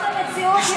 זאת המציאות, יואל.